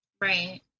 Right